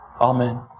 Amen